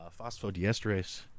phosphodiesterase